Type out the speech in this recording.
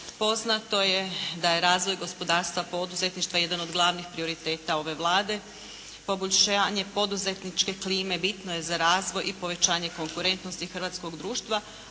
Poznato je da je razvoj gospodarstva poduzetništva jedan od glavnih prioriteta ove Vlade. poboljšanje poduzetničke klime bitno je razvoj i povećanje konkurentnosti hrvatskog društva,